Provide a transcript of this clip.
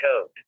code